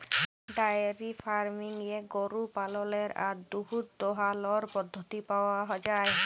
diary ফার্মিংয়ে গরু পাললের আর দুহুদ দহালর পদ্ধতি পাউয়া যায়